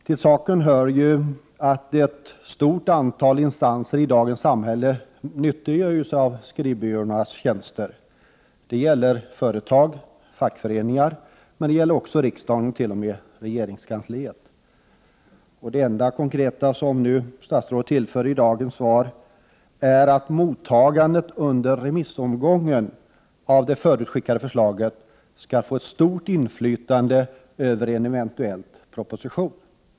Till saken hör att ett stort antal instanser i dagens samhälle begagnar sig av skrivbyråernas tjänster. Det gäller företag och fackföreningar, det gäller också riksdagen och t.o.m. regeringskansliet. Det enda konkreta som statsrådet tillför i dagens svar är att mottagandet under remissomgången av det förutskickade förslaget skall få stort inflytande över en eventuell proposition.